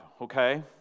Okay